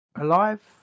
Alive